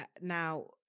Now